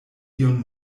iun